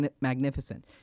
magnificent